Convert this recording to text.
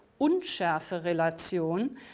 Unschärfe-Relation